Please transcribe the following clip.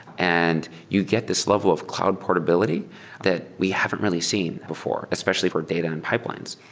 and you get this level of cloud portability that we haven't really seen before, especially for data and pipelines.